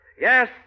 Yes